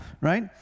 right